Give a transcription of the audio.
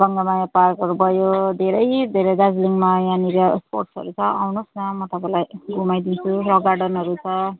गङ्गामाया पार्कहरू भयो धेरै धेरै दार्जिलिङमा यहाँनिर स्पट्सहरू छ आउनुहोस् न म तपाईँलाई घुमाइदिन्छु रक गार्डनहरू छ